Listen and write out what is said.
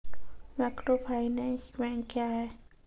Microfinance bank क्या हैं?